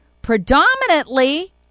predominantly